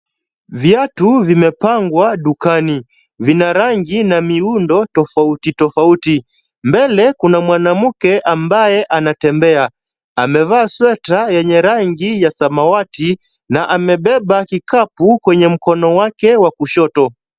Viatu vimepangwa dukani, vina rangi na miundo tofauti tofauti. Mbele kuna mwanamke ambaye anatembea, amevaa sweta yenye rangi ya samawati na amebeba kikapu kwenye mkono wake wa kushoto.